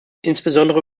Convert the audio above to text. insbesondere